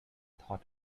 thought